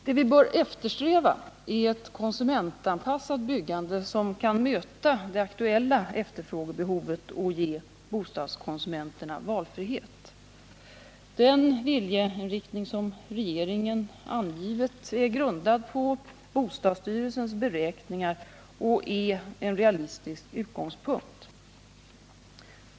Det vi bör eftersträva är ett konsumentanpassat byggande som kan möta det aktuella efterfrågebehovet och ge bostadskonsumenterna valfrihet. Den viljeinriktning som regeringen angivit är grundad på bostadsstyrelsens beräkningar och är en realistisk utgångspunkt.